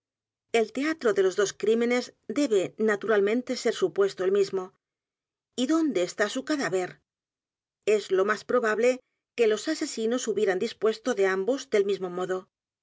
l teatro de los dos crímenes debe naturalmente ser supuesto el mismo y dónde está su cadáver e s lo m á s probable que los asesinos hubieran dispuesto de ambos del mismo modo